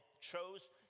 chose